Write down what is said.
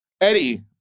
Eddie